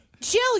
Jill